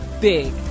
big